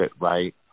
right